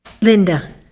Linda